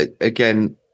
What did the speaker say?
again